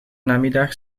namiddag